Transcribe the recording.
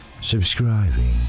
subscribing